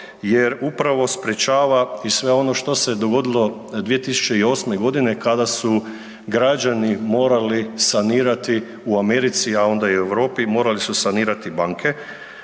jer upravo sprečava i sve ono što se dogodilo 2008. godine kada su građani morali sanirati u Americi, a onda i u Europi morali su sanirati banke.